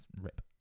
Rip